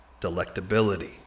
delectability